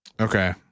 Okay